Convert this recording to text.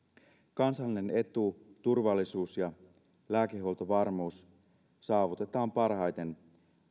kansallinen etu turvallisuus ja lääkehuoltovarmuus saavutetaan parhaiten